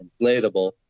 inflatable